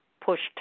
pushed